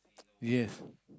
yes